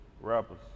rappers